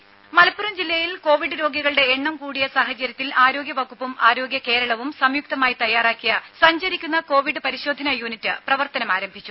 രുമ മലപ്പുറം ജില്ലയിൽ കോവിഡ് രോഗികളുടെ എണ്ണം കൂടിയ സാഹചര്യത്തിൽ ആരോഗ്യവകുപ്പും ആരോഗ്യ കേരളവും സംയുക്തമായി തയ്യാറാക്കിയ സഞ്ചരിക്കുന്ന കോവിഡ് പരിശോധനാ യൂണിറ്റ് പ്രവർത്തനം ആരംഭിച്ചു